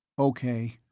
okay,